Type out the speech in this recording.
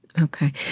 Okay